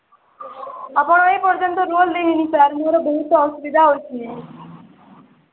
ଆପଣ ଏପର୍ଯ୍ୟନ୍ତ ରୋଲ୍ ଦେଲେନି ସାର୍ ମୋର ବହୁତ ଅସୁବିଧା ହେଉଛି